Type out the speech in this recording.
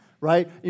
right